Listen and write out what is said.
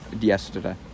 Yesterday